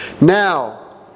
Now